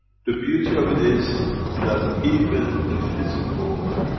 the beauty of it is that even the physical